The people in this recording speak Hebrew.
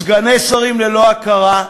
סגני שרים ללא הכרה,